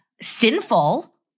sinful